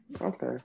Okay